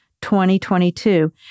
2022